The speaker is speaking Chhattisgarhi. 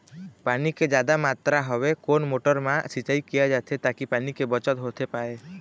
पानी के जादा मात्रा हवे कोन मोटर मा सिचाई किया जाथे ताकि पानी के बचत होथे पाए?